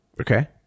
Okay